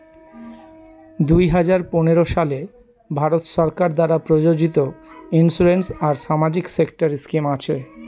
দুই হাজার পনেরো সালে ভারত সরকার দ্বারা প্রযোজিত ইন্সুরেন্স আর সামাজিক সেক্টর স্কিম আছে